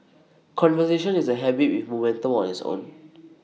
conversation is A habit with momentum of its own